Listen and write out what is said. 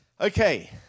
Okay